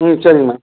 ம் சரிங்க மேம்